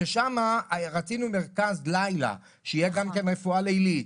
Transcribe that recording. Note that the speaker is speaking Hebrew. ששם רצינו מרכז לילה שתהיה גם כן רפואה לילית.